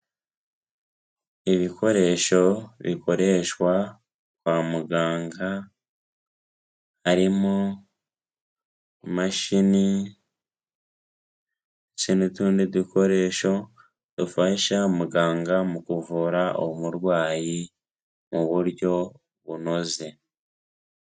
Ibikoresho bikoreshwa kwa muganga, harimo imashini ndetse n'utundi dukoresho dufasha muganga mu kuvura umurwayi mu buryo bunoze.